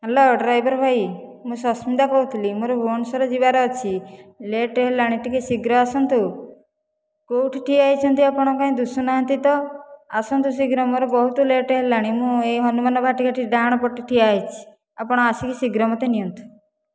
hello driver ଭାଇ ମୁଁ ସସ୍ମିତା କହୁଥିଲି ମୋର ଭୁବନେଶ୍ଵର ଯିବାର ଅଛି ଲେଟ୍ ହେଲାଣି ଟିକେ ଶୀଘ୍ର ଆସନ୍ତୁ କେଉଁଠି ଠିଆ ହୋଇଛନ୍ତି ଆପଣ କାହିଁ ଦିଶୁନାହାଁନ୍ତି ତ ଆସନ୍ତୁ ଶୀଘ୍ର ମୋର ବହୁତ ଲେଟ୍ ହେଲାଣି ମୁଁ ଏଇ ହନୁମାନ ବାଟିକା ଠି ଡାହାଣପଟେ ଠିଆ ହୋଇଛି ଆପଣ ଆସିକି ଶୀଘ୍ର ମୋତେ ନିଅନ୍ତୁ